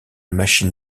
machine